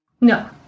No